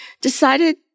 decided